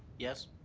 yes.